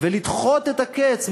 ולדחות את הקץ,